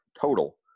total